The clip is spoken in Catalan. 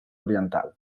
oriental